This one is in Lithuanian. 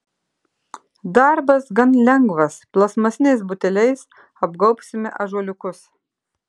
darbas gan lengvas plastmasiniais buteliais apgaubsime ąžuoliukus